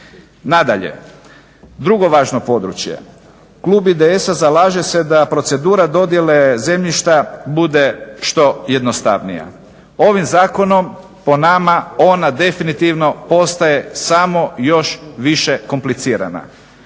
Nadalje, drugo važno područje, klub IDS-a zalaže se da procedura dodjele zemljišta bude što jednostavnija. Ovim zakonom po nama ona definitivno postaje samo još više komplicirana.